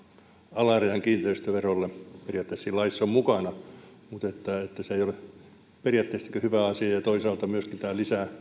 alarajan kiinteistöverolle ja että se pidetään laissa mukana se ei ole periaattessa hyvä asia ja ja toisaalta myöskin tämä lisää